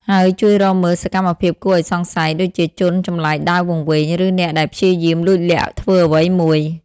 ហើយជួយរកមើលសកម្មភាពគួរឱ្យសង្ស័យ ដូចជាជនចម្លែកដើរវង្វេង ឬអ្នកដែលព្យាយាមលួចលាក់ធ្វើអ្វីមួយ។